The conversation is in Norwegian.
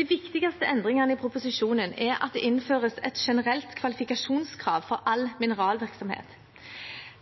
De viktigste endringene i proposisjonen er at det innføres et generelt kvalifikasjonskrav for all mineralvirksomhet.